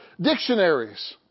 dictionaries